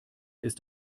ist